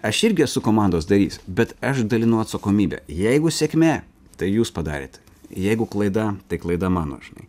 aš irgi esu komandos narys bet aš dalinu atsakomybę jeigu sėkmė tai jūs padarėt jeigu klaida tai klaida mano žinai